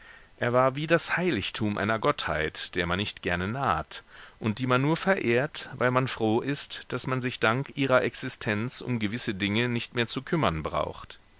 er war wie das heiligtum einer gottheit der man nicht gerne naht und die man nur verehrt weil man froh ist daß man sich dank ihrer existenz um gewisse dinge nicht mehr zu kümmern braucht